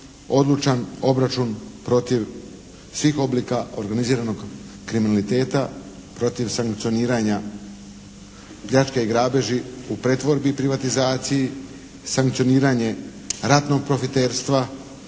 odlučan obračun protiv svih oblika organiziranog kriminaliteta protiv sankcioniranja, pljačke i grabeži u pretvorbi i privatizaciji, sankcioniranje ratnog profiterstva,